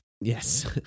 Yes